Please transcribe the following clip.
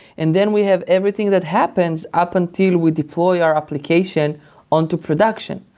and then we have everything that happens up until we deploy our application on to production,